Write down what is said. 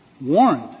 warned